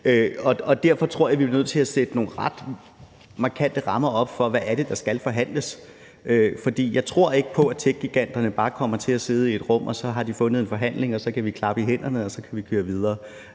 Derfor tror jeg, vi er nødt til at sætte nogle ret markante rammer op for, hvad det er, der skal forhandles. For jeg tror ikke på, at techgiganterne bare kommer til at sidde i et rum, og så har de fundet en forhandling, og så kan vi klappe i hænderne, og så kan vi køre videre.